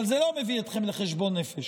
אבל זה לא מביא אתכם לחשבון נפש.